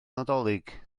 nadolig